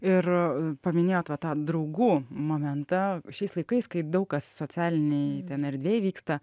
ir paminėjot va tą draugų momentą šiais laikais kai daug kas socialinėj ten erdvėj vyksta